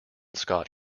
scott